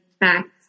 facts